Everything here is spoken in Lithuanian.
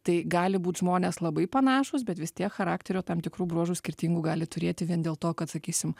tai gali būt žmonės labai panašūs bet vis tiek charakterio tam tikrų bruožų skirtingų gali turėti vien dėl to kad sakysim